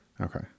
Okay